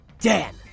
Dan